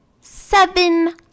seven